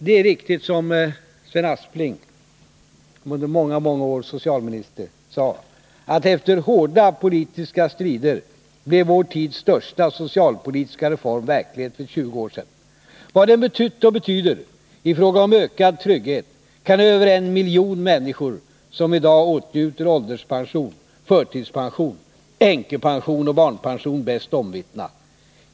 Det är riktigt som Sven Aspling, under många år socialminister, sade: Efter hårda politiska strider blev vår tids största socialpolitiska reform verklighet för 20 år sedan. Vad det betytt och betyder i fråga om ökad trygghet kan över en miljon människor, som i dag åtnjuter ålderspension, förtidspension, änkepension och barnpension, bäst omvittna.